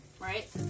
Right